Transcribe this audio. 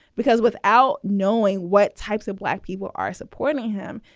because without knowing what types of black people are supporting him,